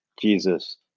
Jesus